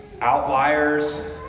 Outliers